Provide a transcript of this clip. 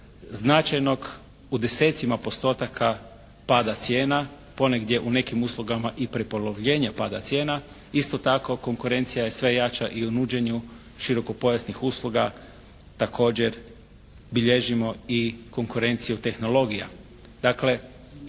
značajnog u desecima postotaka pada cijena. Ponegdje u nekim uslugama i prepolovljenje pada cijena. Isto tako konkurencija je sve jača i u nuđenju širokopojasnih usluga, također bilježimo i konkurenciju tehnologija.